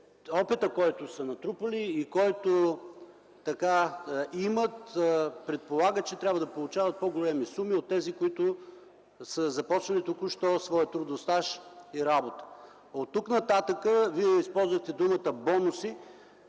опитът, който са натрупали и имат, предполага, че трябва да получават по-големи суми от тези, които са започнали току-що своя трудов стаж и работа. Оттук нататък Вие използвате думата „бонуси”,